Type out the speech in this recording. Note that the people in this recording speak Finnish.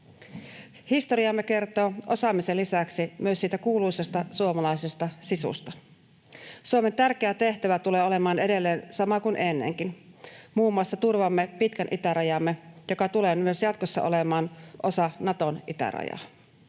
Historiamme kertoo osaamisen lisäksi myös siitä kuuluisasta suomalaisesta sisusta. Suomen tärkeä tehtävä tulee olemaan edelleen sama kuin ennenkin: muun muassa turvaamme pitkän itärajamme, joka tulee jatkossa olemaan myös osa Naton itärajaa.